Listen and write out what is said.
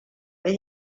but